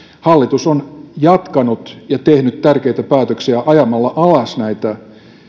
hallitus on jatkanut ja tehnyt tärkeitä päätöksiä ajamalla alas näitä